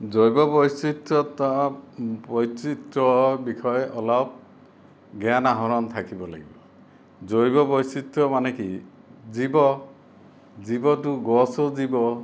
জৈৱ বৈচিত্ৰতা বৈচিত্ৰৰ বিষয়ে অলপ জ্ঞান আহৰণ থাকিব লাগিব জৈৱ বৈচিত্ৰ মানে কি জীৱ জীৱটো গছো জীৱ